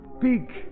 big